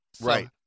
Right